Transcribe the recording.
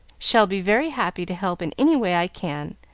shall be very happy to help in any way i can.